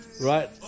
Right